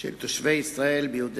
של תושבי ישראל ביהודה